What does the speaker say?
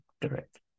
direct